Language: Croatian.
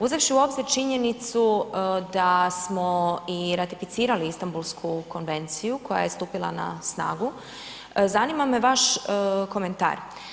Uzevši u obzir činjenicu da smo i ratificirali Istanbulsku konvenciju koja je stupila na snagu, zanima me vaš komentar.